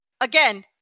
again